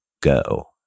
go